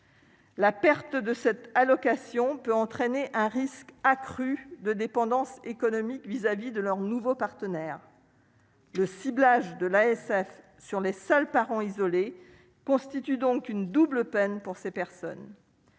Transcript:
La perte de cette allocation peut entraîner un risque accru de dépendance économique vis-à-vis de leurs nouveaux partenaires le ciblage de l'ASF sur les seuls parents isolé constitue donc une double peine pour ces personnes.